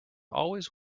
always